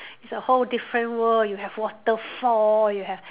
it's a whole different world you have waterfall you have